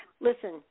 Listen